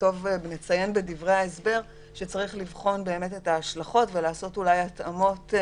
נציין בדברי ההסבר שצריך לבחון את ההשלכות ולעשות אולי התאמות.